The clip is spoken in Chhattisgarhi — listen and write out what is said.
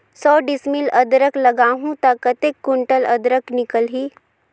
सौ डिसमिल अदरक लगाहूं ता कतेक कुंटल अदरक निकल ही?